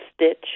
Stitch